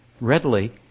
readily